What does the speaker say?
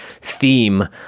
theme